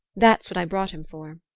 that's what i brought him for.